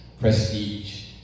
prestige